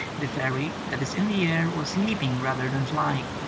the fairy that is in the air was leaping rather than flying.